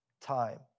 time